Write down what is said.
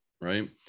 right